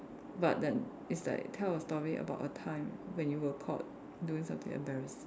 but then it's like tell a story about a time when you were caught doing something embarrassing